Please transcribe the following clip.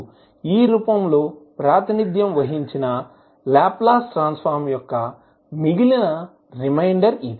ఈ రూపంలో ప్రాతినిధ్యం వహించిన లాప్లాస్ ట్రాన్స్ ఫార్మ్ యొక్క మిగిలిన రిమైండర్ ఇది